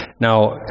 Now